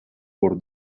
por